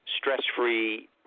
stress-free